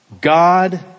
God